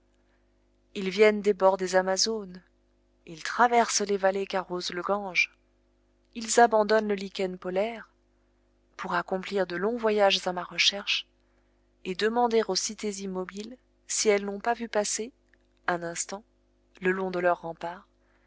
ils viennent des bords des amazones ils traversent les vallées qu'arrose le gange ils abandonnent le lichen polaire pour accomplir de longs voyages à ma recherche et demander aux cités immobiles si elles n'ont pas vu passer un instant le long de leurs remparts